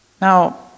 Now